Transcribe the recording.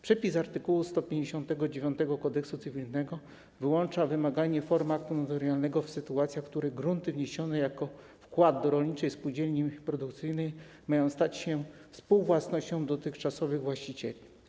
Przepis art. 159 Kodeksu cywilnego wyłącza wymaganie formy aktu notarialnego w sytuacjach, w których grunty wniesione jako wkład do rolniczej spółdzielni produkcyjnej mają stać się współwłasnością dotychczasowych właścicieli.